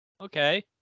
Okay